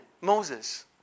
Moses